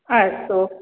अस्तु